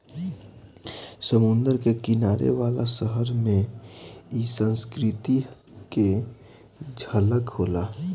समुंद्र के किनारे वाला शहर में इ संस्कृति के झलक होला